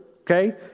okay